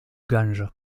gange